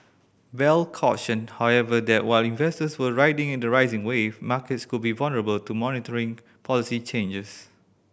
bell cautioned however that while investors were riding the rising wave markets could be vulnerable to monetary policy changes